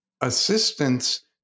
assistance